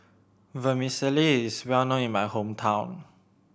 vermicelli is well known in my hometown